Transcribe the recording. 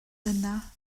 yna